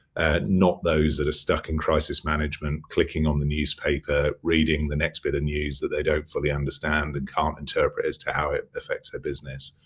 not those that are stuck in crisis management, clicking on the newspaper, reading the next bit of news that they don't fully understand and can't interpret as to how it affects their business.